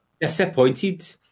Disappointed